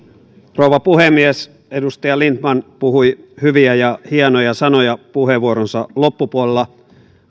rouva puhemies edustaja lindtman puhui hyviä ja hienoja sanoja puheenvuoronsa loppupuolella